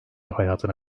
hayatını